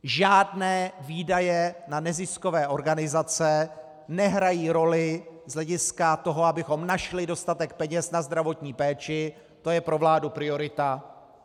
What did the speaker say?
Žádné výdaje na neziskové organizace nehrají roli z hlediska toho, abychom našli dostatek peněz na zdravotní péči, to je pro vládu priorita.